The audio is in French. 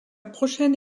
prochaine